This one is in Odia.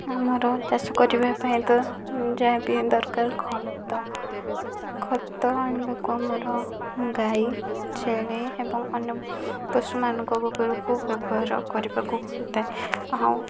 ଆମର ଚାଷ କରିବା ପାଇଁ ତ ଯାହା ବି ଦରକାର ଖତ ଖତ ଆଣିବାକୁ ଆମର ଗାଈ ଛେଳି ଏବଂ ଅନ୍ୟ ପଶୁମାନଙ୍କ ଗୋବରକୁ ବ୍ୟବହାର କରିବାକୁ ପଡ଼ିଥାଏ ଆଉ